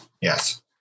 Yes